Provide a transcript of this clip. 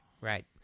right